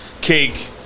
cake